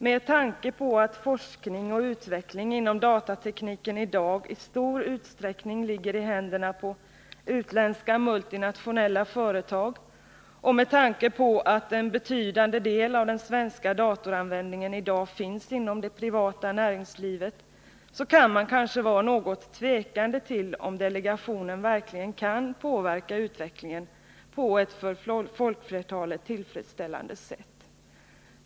Med tanke på att forskning och utveckling inom datatekniken i dag i stor utsträckning ligger i händerna på utländska multinationella företag och med tanke på att en betydande del av den svenska datoranvändningen i dag finns inom det privata näringslivet, kan man kanske vara något tvekande till om delegationen verkligen kan påverka utvecklingen på ett för folkflertalet tillfredsställande sätt.